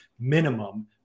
minimum